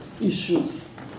issues